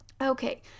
Okay